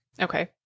Okay